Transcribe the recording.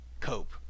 cope